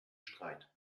streit